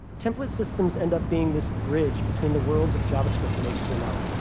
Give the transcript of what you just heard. template systems end up being this bridge between the worlds of javascript and html,